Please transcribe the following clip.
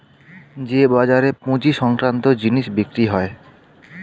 যে বাজারে পুঁজি সংক্রান্ত জিনিস বিক্রি হয়